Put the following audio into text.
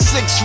Six